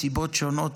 מסיבות שונות,